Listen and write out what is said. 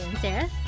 Sarah